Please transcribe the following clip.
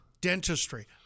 dentistry